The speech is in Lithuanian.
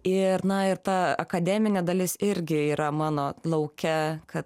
ir na ir ta akademinė dalis irgi yra mano lauke kad